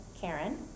Karen